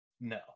No